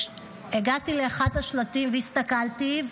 הגעתי לאחד השלטים והסתכלתי,